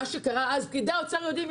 מה שקרה אז פקידי האוצר יודעים,